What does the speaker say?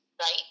right